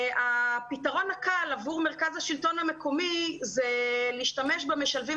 הפתרון הקל עבור מרכז השלטון המקומי זה להשתמש במשלבים